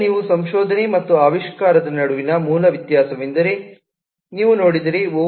ಈಗ ನೀವು ಸಂಶೋಧನೆ ಮತ್ತು ಆವಿಷ್ಕಾರದ ನಡುವಿನ ಮೂಲ ವ್ಯತ್ಯಾಸವೆಂದರೆ ನೀವು ನೋಡಿದರೆ ಒ